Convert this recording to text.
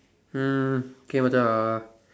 mm okay Macha